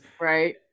Right